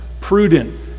prudent